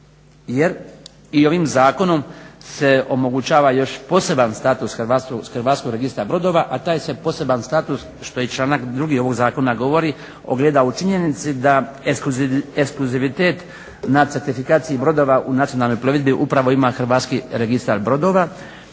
jer i ovim zakonom se omogućava još poseban status Hrvatskog registra brodova a taj se poseban status što i članak 2. ovoga Zakona govori ogleda u činjenici da eskluzivitet nacrt …/Govornik se ne razumije./… brodova u nacionalnoj plovidbi upravo ima Hrvatski registar brodova.